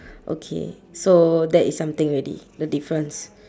okay so that is something already the difference